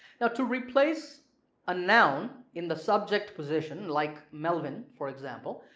now to replace a noun in the subject position like melvin for example,